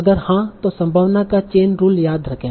अगर हाँ तो संभावना का चेन रूल याद रखें